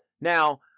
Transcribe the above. now